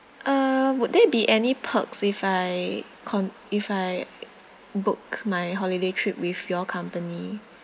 uh would there be any perks if I can com~ if I book my holiday trip with your company